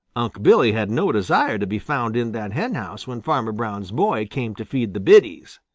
unc' billy had no desire to be found in that henhouse when farmer brown's boy came to feed the biddies.